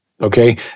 okay